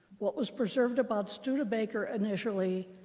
what was preserved about studebaker, initially,